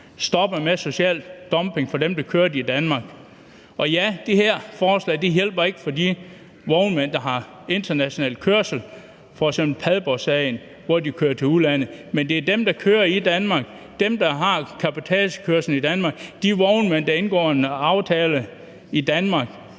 stoppe med social dumping over for dem, der kørte i Danmark. Og ja, det her forslag hjælper ikke i forhold til de vognmænd, der har international kørsel, f.eks. som i Padborgsagen, hvor de kører til udlandet. Men det er for dem, der kører i Danmark, dem, der har cabotagekørsel i Danmark, de vognmænd, der indgår en aftale i Danmark,